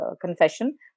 confession